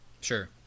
Sure